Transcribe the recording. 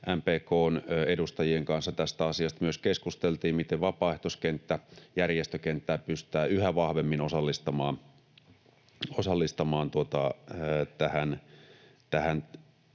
MPK:n edustajien kanssa tästä asiasta myös keskusteltiin, miten vapaaehtoiskenttää ja järjestökenttää pystytään yhä vahvemmin osallistamaan tähän